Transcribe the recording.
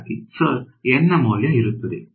ವಿದ್ಯಾರ್ಥಿಸರ್ N ನ ಮೌಲ್ಯವು ಇರುತ್ತದೆ